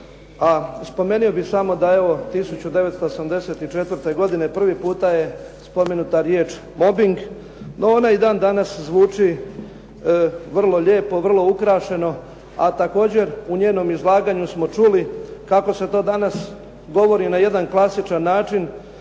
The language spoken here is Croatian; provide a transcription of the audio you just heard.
a spomenuo bih samo da evo 1984. godine prvi puta je spomenuta riječ mobing, no ona i dan danas zvuči vrlo lijepo, vrlo ukrašeno a također u njenom izlaganju smo čuli kako se to danas govori na jedan klasičan način